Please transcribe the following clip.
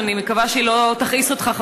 שאני מקווה שהיא לא תכעיס אותך,